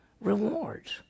rewards